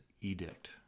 edict